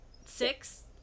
six